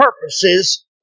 purposes